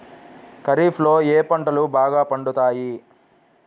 ఖరీఫ్లో ఏ పంటలు బాగా పండుతాయి?